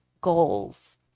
goals